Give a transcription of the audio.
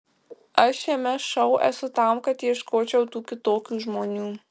aš šiame šou esu tam kad ieškočiau tų kitokių žmonių